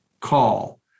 call